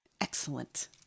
Excellent